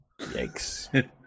Yikes